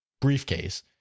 briefcase